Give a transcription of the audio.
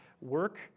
Work